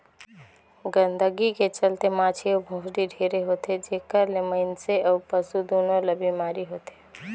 गंदगी के चलते माछी अउ भुसड़ी ढेरे होथे, जेखर ले मइनसे अउ पसु दूनों ल बेमारी होथे